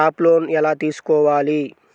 Crop loan ఎలా తీసుకోవాలి?